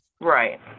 Right